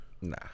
Nah